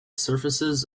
surfaces